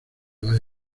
las